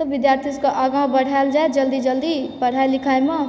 तऽ विद्यार्थी सबके आगाँ बढ़ाएल जाए जल्दी जल्दी पढ़ाई लिखाइमे